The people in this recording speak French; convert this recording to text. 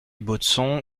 baudson